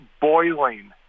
boiling